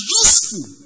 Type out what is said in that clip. useful